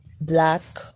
black